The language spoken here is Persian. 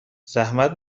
زحمت